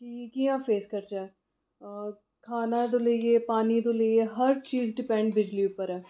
कि कियां फेस करचै खाने तों लेइयै पानी तों लेइयै हर चीज डिपैंड बिजली उप्पर ऐ